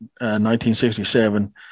1967